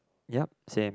yup same